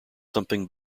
something